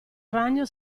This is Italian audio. ragno